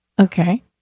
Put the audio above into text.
Okay